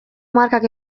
marrak